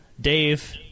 Dave